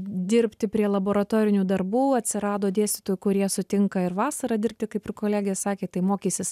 dirbti prie laboratorinių darbų atsirado dėstytojų kurie sutinka ir vasarą dirbti kaip ir kolegė sakė tai mokysis